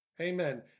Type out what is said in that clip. Amen